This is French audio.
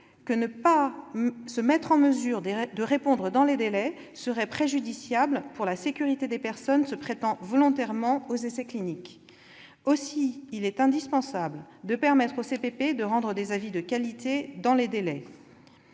un avis favorable. Chacun pourra convenir que cela serait préjudiciable à la sécurité des personnes se prêtant volontairement aux essais cliniques. Aussi, il est indispensable de permettre aux CPP de rendre des avis de qualité dans les délais.